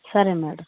సరే మేడం